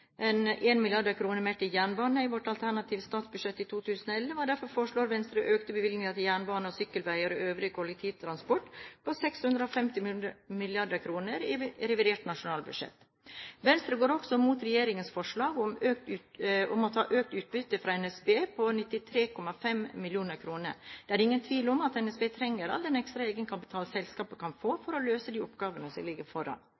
mer til jernbanen i vårt alternative statsbudsjett i 2011. Og derfor foreslår Venstre økte bevilgninger til jernbane, sykkelveier og øvrig kollektivtransport på 650 mill. kr i revidert nasjonalbudsjett. Venstre går også mot regjeringens forslag om å ta økt utbytte fra NSB på 93,5 mill. kr. Det er ingen tvil om at NSB trenger all den ekstra egenkapital selskapet kan få for å løse de oppgavene som ligger foran